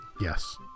Yes